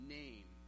name